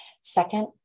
Second